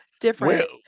different